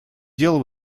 дел